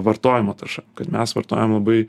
vartojimo tarša kad mes vartojam labai